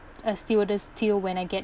a stewardess still when I get